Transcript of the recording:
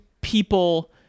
people